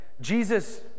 Jesus